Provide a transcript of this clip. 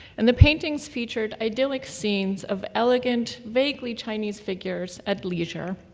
and the paintings featured idyllic scenes of elegant, vaguely chinese figures at leisure.